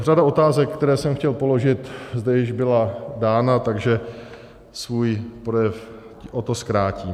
Řada otázek, které jsem chtěl položit, zde již byla dána, takže svůj projev o to zkrátím.